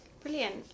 Brilliant